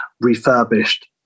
refurbished